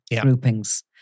groupings